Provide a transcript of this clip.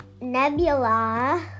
nebula